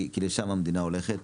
כי לשם המדינה הולכת.